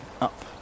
up